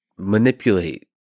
manipulate